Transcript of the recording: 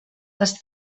les